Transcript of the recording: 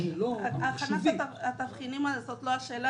--- הכנת התבחינים היא לא השאלה,